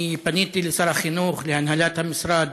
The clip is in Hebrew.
אני פניתי לשר החינוך, להנהלת המשרד